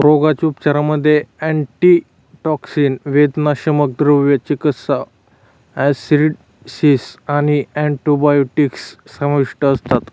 रोगाच्या उपचारांमध्ये अँटीटॉक्सिन, वेदनाशामक, द्रव चिकित्सा, ॲसिडॉसिस आणि अँटिबायोटिक्स समाविष्ट असतात